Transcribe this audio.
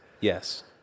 Yes